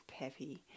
Peppy